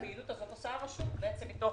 את הפעילות הזאת עושה הרשות מתוך-